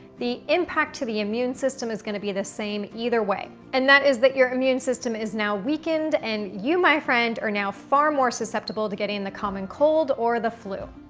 the impact to the immune system is gonna be the same either way. and that is that your immune system is now weakened and you my friend are now far more susceptible to getting the common cold or the flu.